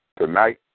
tonight